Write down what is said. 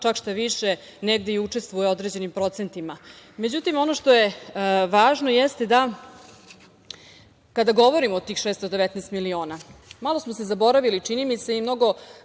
čak šta više, negde i učestvuje u određenim procentima.Međutim, ono što je važno jeste da kada govorimo o tih 619 miliona malo smo se zaboravili, čini mi se, i mnogo